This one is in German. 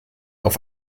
auf